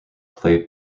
play